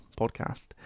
podcast